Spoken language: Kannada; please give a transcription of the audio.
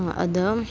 ಅದು